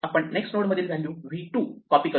आपण next node मधील value v 2 copy करूया